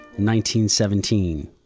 1917